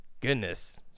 goodness